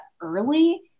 early